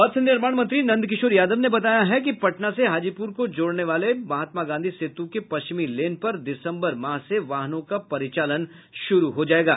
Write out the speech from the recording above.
पथ निर्माण मंत्री नंद किशोर यादव ने बताया कि पटना से हाजीपुर को जोड़ने वाली महात्मा गांधी सेतु के पश्चिमी लेन पर दिसम्बर माह से वाहनों का परिचालन शुरू हो जायेगा